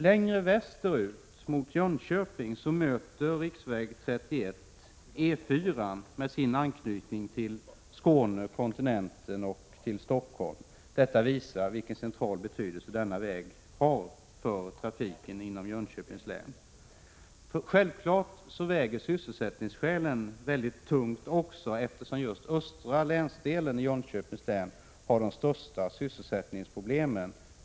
Längre västerut, mot Jönköping, möter riksväg 31 E 4:an med dess anknytning till Skåne och kontinenten och Stockholm. Detta visar vilken central betydelse denna väg har för trafiken inom Jönköpings län. Självfallet väger sysselsättningsskälen väldigt tungt, eftersom östra länsdelen av Jönköpings län har de största sysselsättningsproblemen.